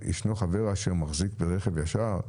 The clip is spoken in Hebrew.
ישנו חבר אשר מחזיק ברכב ישן?